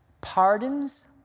pardons